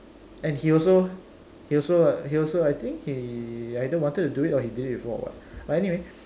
and he also he also he also I think he either wanted to do it or he did it before or what but anyway